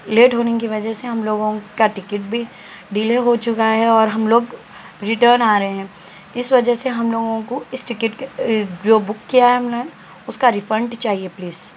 late ہونے کی وجہ سے ہم لوگوں کا ٹکٹ بھی ڈیلے ہو چکا ہے اور ہم لوگ ریٹرن آ رہے ہیں اس وجہ سے ہم لوگوں کو اس ٹکٹ کے جو بک کیا ہے ہم نے اس کا ریفنٹ چاہیے پلیز